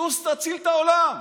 טוס, תציל את העולם.